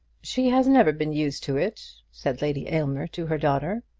she has never been used to it, said lady aylmer to her daughter.